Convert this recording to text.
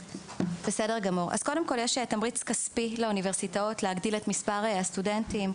קודם כול יש תמריץ כספי לאוניברסיטאות להגדיל את מספר הסטודנטים,